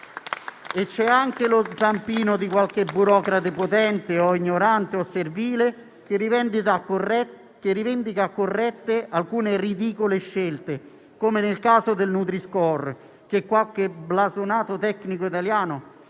C'è anche lo zampino di qualche burocrate potente, ignorante o servile, che rivendica corrette alcune ridicole scelte, come nel caso del nutri-score che qualche blasonato tecnico italiano,